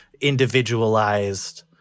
individualized